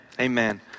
Amen